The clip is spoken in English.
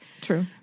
true